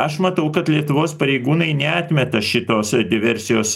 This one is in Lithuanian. aš matau kad lietuvos pareigūnai neatmeta šitos diversijos